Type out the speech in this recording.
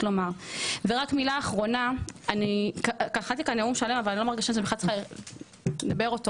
אני כתבתי פה נאום שלם אבל אני בכלל לא מרגישה